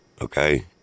Okay